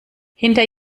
hinter